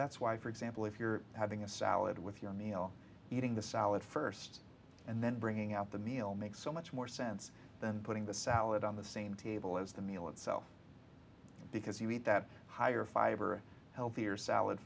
that's why for example if you're having a salad with your meal eating the salad first and then bringing out the meal makes so much more sense than putting the salad on the same table as the meal itself because you eat that higher fiber healthier salad